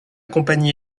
compagnie